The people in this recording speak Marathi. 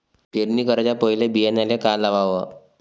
पेरणी कराच्या पयले बियान्याले का लावाव?